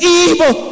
evil